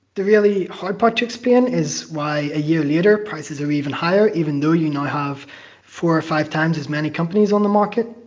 the really hard part to explain is why, a year later, prices are even higher, even though you now have four or five times as many companies on the market.